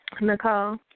Nicole